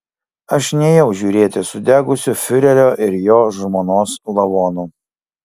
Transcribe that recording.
aš nėjau žiūrėti sudegusių fiurerio ir jo žmonos lavonų